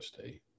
State